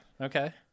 Okay